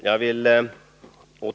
Herr talman!